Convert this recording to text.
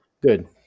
Good